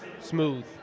smooth